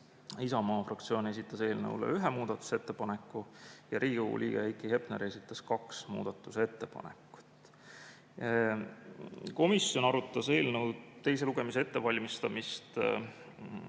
Isamaa fraktsioon esitas eelnõu kohta ühe muudatusettepaneku ja Riigikogu liige Heiki Hepner esitas kaks muudatusettepanekut. Komisjon arutas eelnõu teise lugemise ettevalmistamist eelmise